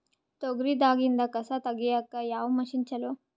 ತೊಗರಿ ದಾಗಿಂದ ಕಸಾ ತಗಿಯಕ ಯಾವ ಮಷಿನ್ ಚಲೋ?